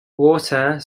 water